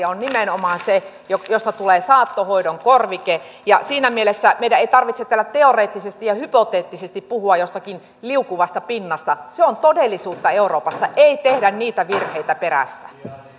on nimenomaan se josta tulee saattohoidon korvike siinä mielessä meidän ei tarvitse täällä teoreettisesti ja hypoteettisesti puhua jostakin liukuvasta pinnasta se on todellisuutta euroopassa ei tehdä niitä virheitä perässä